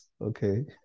okay